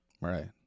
Right